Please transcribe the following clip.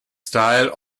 style